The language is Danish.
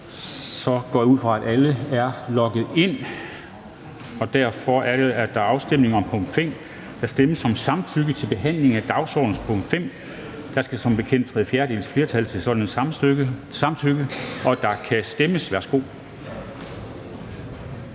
Jeg går ud fra, at alle er logget ind, og derfor er der nu afstemning om punkt 5. Der stemmes om samtykke til behandling af dagsordenens punkt 5. Der skal som bekendt tre fjerdedeles flertal til sådan et samtykke. Værsgo, der kan stemmes.